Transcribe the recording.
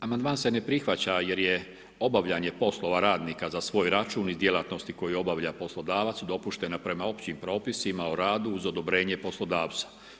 Amandman se ne prihvaća, jer je obavljanje poslova, radnika za svoj račun iz djelatnosti koju obavlja poslodavac dopuštena prema općim propisima o radu uz odobrenje poslodavca.